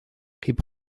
hip